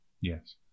Yes